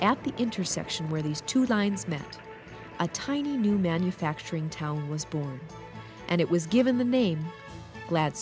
at the intersection where these two lines met a tiny new manufacturing town was born and it was given the name glad